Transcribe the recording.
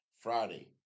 friday